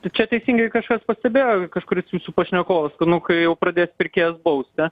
tai čia teisingai kažkas pastebėjo kažkuris jūsų pašnekovas ka nu kai jau pradės pirkėjas bausti